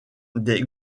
des